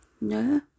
no